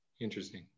Interesting